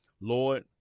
Lord